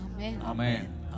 Amen